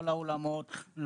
לא לאולמות,